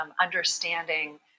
understanding